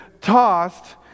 tossed